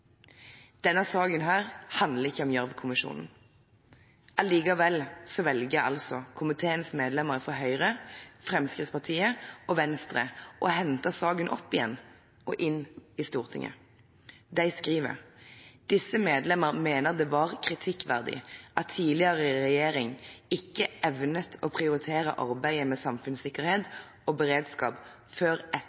Denne saken handler ikke om Gjørv-kommisjonen. Likevel velger altså komiteens medlemmer fra Høyre, Fremskrittspartiet og Venstre å hente saken opp igjen og inn i Stortinget. De skriver: «Komiteens medlemmer fra Høyre, Fremskrittspartiet og Venstre mener det var kritikkverdig at tidligere regjering ikke evnet å prioritere arbeidet med samfunnssikkerhet og beredskap før etter